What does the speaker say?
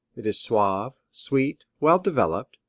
it is suave, sweet, well developed,